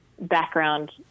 background